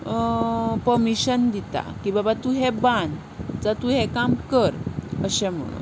permission दिता की बाबा तूं हें बांद जावं तूं हें काम कर अशें म्हणून